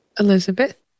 Elizabeth